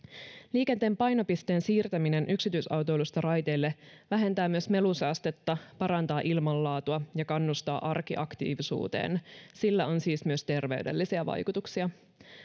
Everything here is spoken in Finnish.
liikenteen painopisteen siirtäminen yksityisautoilusta raiteille vähentää myös melusaastetta parantaa ilmanlaatua ja kannustaa arkiaktiivisuuteen sillä on siis myös terveydellisiä vaikutuksia